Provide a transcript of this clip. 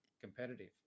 competitive